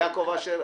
יעקב אשר,